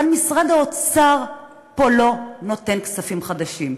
אבל משרד האוצר פה לא נותן כספים חדשים.